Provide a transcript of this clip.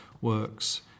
works